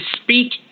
speak